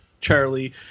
Charlie